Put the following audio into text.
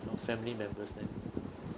your family members then